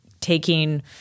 taking